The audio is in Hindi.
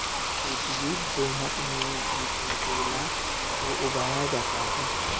रेतीली दोमट में भी कंटोला को उगाया जाता है